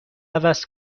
عوض